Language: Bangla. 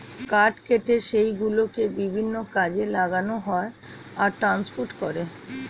কাঠ কেটে সেই গুলোকে বিভিন্ন কাজে লাগানো হয় আর ট্রান্সপোর্ট করে